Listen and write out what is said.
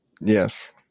Yes